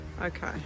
Okay